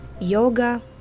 yoga